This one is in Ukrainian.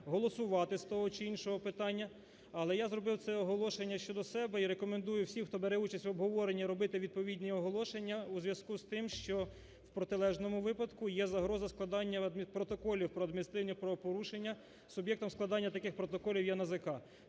голосувати з того чи іншого питання, але я зробив це оголошення щодо себе, і рекомендую всім, хто бере участь в обговоренні, робити відповідні оголошення у зв'язку з тим, що в протилежному випадку є загроза складання протоколів про адміністративні правопорушення. Суб'єктом складання таких протоколів є НАЗК.